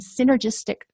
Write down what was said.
synergistic